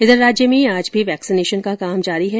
इधर राज्य में आज भी वैक्सीनेशन का काम जारी है